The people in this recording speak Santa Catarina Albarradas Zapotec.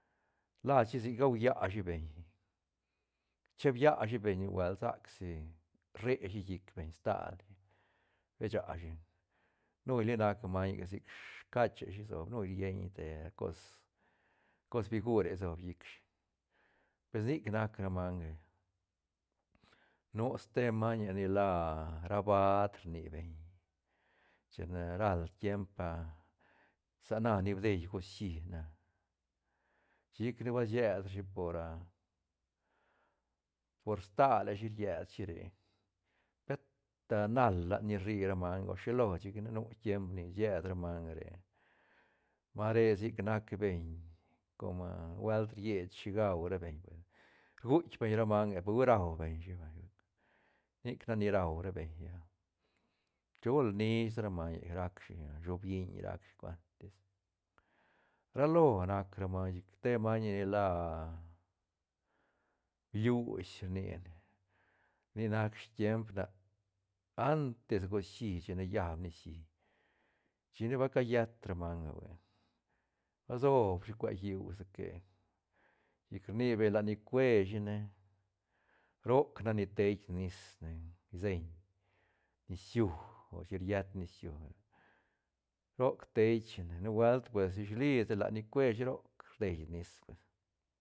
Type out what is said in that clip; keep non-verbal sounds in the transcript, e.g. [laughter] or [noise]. Lashi sic gaulla shi beñ cheeb ya shi beñ nubuelt sac si reshi llic beñ stal shi rbe shashi nuy li nac mañega sic cacheshi sob nuili rieñ te cos- cos figure sob llic shi pe sic nac ra manga nu ste mañe ni la ra baad rni beñ chine ral tiemp ah [hesitation] sa na ni dei gucií na chic ne ba siet rashi por [hesitation] por staleshi riet shi re pet [hesitation] nal lat ni rri ra manga o shilo chic ne nu tiemp ni sied ra manga re ma re sic nac beñ com [hesitation] nubuelt riech shi gau ra beñ vay rguitk beñ ra manga pe hui rau beñ shi vay nic nac ni rau ra beñ [hesitation] chul nish sa ra mañega rac shi a shobilliñ rac shi cuantis ra lo nac ra maiñ chic ste mañega la bluish rni ne nic nac tiemp ne antes gucií chine riab nicií chic ne ba callet ra manga hui ba sob shi cue lliú sique chic rni beñ lat ni cueshi shine roc nac ni tei nis ne señ nisiú o chin ried nisiú rac tei shine nubuelt pues dish li sa lat ni cueshi roc rdei nis pues.